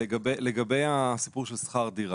לגבי הסיפור של שכר דירה,